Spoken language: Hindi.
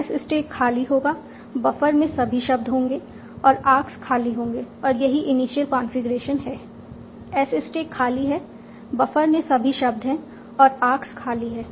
S स्टैक खाली होगा बफर में सभी शब्द होंगे और आर्क्स खाली होंगे और यही इनिशियल कॉन्फ़िगरेशन है S स्टैक खाली है बफर में सभी शब्द हैं और आर्क्स खाली है